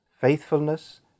faithfulness